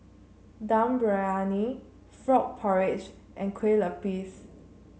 Dum Briyani Frog Porridge and Kueh Lapis